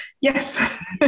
Yes